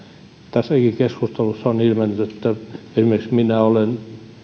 tässäkin keskustelussa on ilmennyt että esimerkiksi minä olen